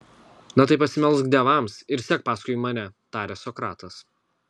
na tai pasimelsk dievams ir sek paskui mane taria sokratas